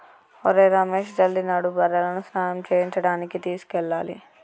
ఒరేయ్ రమేష్ జల్ది నడు బర్రెలను స్నానం చేయించడానికి తీసుకెళ్లాలి